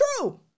true